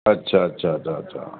अच्छा अच्छा अच्छा अच्छा